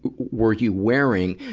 were you wearing?